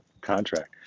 contract